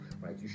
right